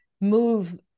move